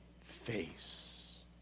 face